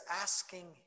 asking